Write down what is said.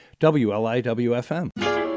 wliwfm